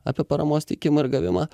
apie paramos teikimą ir gavimą